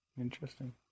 Interesting